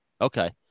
okay